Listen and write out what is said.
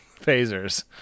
phasers